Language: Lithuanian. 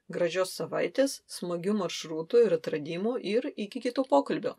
gražios savaitės smagių maršrutų ir atradimų ir iki kitų pokalbio